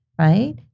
right